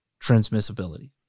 transmissibility